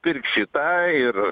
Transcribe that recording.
pirk šitą ir